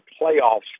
playoffs